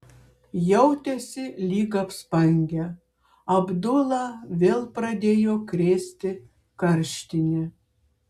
jautėsi lyg apspangę abdulą vėl pradėjo krėsti karštinė